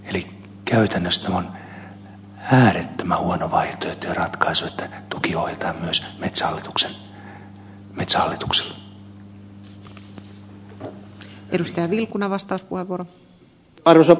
eli käytännössä tämä on äärettömän huono vaihtoehto ja ratkaisu että tuki ohjataan myös metsähallitukselle